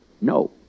No